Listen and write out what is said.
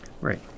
right